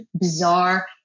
bizarre